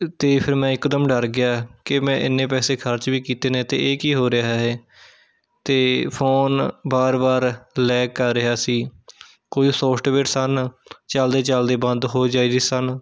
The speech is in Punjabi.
ਅਤੇ ਫਿਰ ਮੈਂ ਇਕਦਮ ਡਰ ਗਿਆ ਕਿ ਮੈਂ ਇੰਨੇ ਪੈਸੇ ਖ਼ਰਚ ਵੀ ਕੀਤੇ ਨੇ ਅਤੇ ਇਹ ਕੀ ਹੋ ਰਿਹਾ ਹੈ ਅਤੇ ਫ਼ੋਨ ਵਾਰ ਵਾਰ ਲੈਗ ਕਰ ਰਿਹਾ ਸੀ ਕੁਝ ਸਾਫਟਵੇਅਰ ਸਨ ਚਲਦੇ ਚਲਦੇ ਬੰਦ ਹੋ ਜਾਂਦੇ ਸਨ